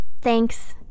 Thanks